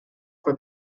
fue